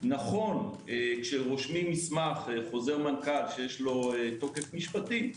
נכון כשרושמים מסמך חוזר מנכ"ל שיש לו תוקף משפטי,